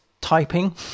typing